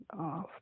off